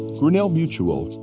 grinnell mutual.